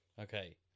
Okay